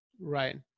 Right